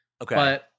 Okay